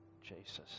Jesus